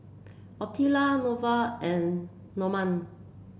Ottilia Neveah and Normand